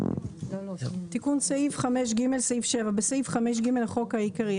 "תיקון סעיף 5ג בסעיף 5ג לחוק העיקרי,